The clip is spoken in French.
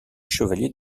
chevalier